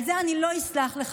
על זה אני לא אסלח לך.